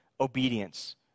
obedience